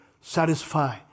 satisfy